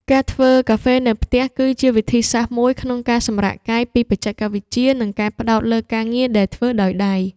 ការធ្វើកាហ្វេនៅផ្ទះ គឺជាវិធីសាស្រ្តមួយក្នុងការសម្រាកកាយពីបច្ចេកវិទ្យា និងការផ្ដោតលើការងារដែលធ្វើដោយដៃ។